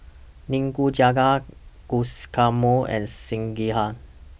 Nikujaga Guacamole and Sekihan